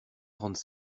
trente